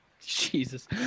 Jesus